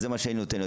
זה מה שאני נותן,